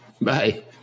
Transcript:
Bye